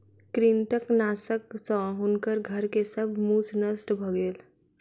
कृंतकनाशक सॅ हुनकर घर के सब मूस नष्ट भ गेल